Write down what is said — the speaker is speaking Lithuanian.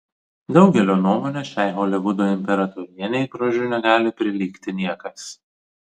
daugelio nuomone šiai holivudo imperatorienei grožiu negali prilygti niekas